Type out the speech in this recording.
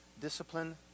discipline